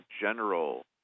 general